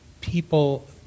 people